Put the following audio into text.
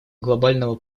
глобального